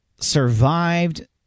survived